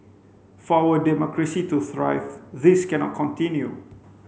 for our democracy to thrive this cannot continue